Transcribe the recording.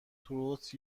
تروت